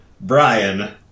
Brian